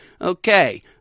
Okay